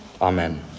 Amen